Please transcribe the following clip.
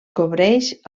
cobreix